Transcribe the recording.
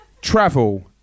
travel